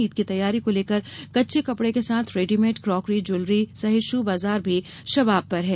ईद की तैयारी को लेकर कच्चे कपडे के साथ रेडिमेट क्राकरी ज्वेलरी सहित शू बाजार भी शबाब पर है